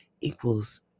equals